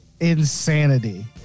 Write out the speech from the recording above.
insanity